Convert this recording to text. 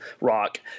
rock